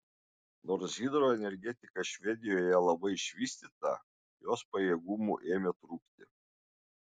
nors hidroenergetika švedijoje labai išvystyta jos pajėgumų ėmė trūkti